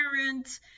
parents